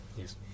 Yes